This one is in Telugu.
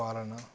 పాలన